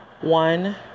one